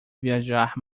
viajar